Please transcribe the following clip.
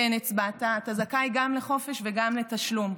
כן הצבעת, אתה זכאי גם לחופש וגם לתשלום.